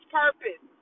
purpose